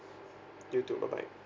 you too bye bye